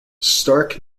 stark